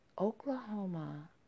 Oklahoma